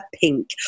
Pink